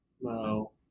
No